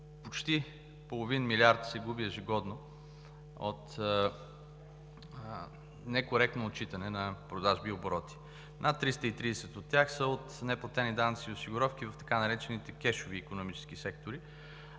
почти един милиард лева от некоректно отчитане на продажби и обороти. Над 330 млн. лв. от тях са от неплатени данъци и осигуровки в така наречените „кешови“ икономически сектори